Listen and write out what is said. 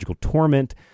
torment